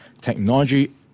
Technology